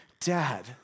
Dad